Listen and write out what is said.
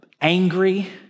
angry